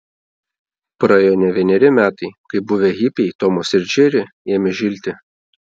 praėjo ne vieneri metai kai buvę hipiai tomas ir džeri ėmė žilti